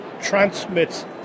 transmits